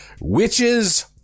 Witches